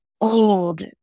old